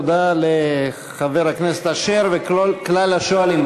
תודה לחבר הכנסת אשר ולכל כלל השואלים.